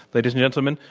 ladies and gentlemen,